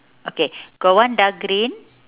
okay got one dark green